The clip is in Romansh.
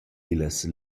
illas